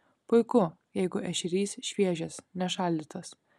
puiku jeigu ešerys šviežias ne šaldytas